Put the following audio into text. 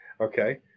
okay